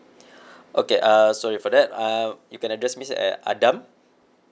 okay uh sorry for that uh you can address me as adam